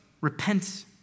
repent